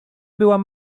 byłam